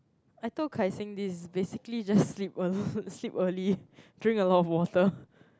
I told Kaixin this basically just sleep a lot sleep early drink a lot of water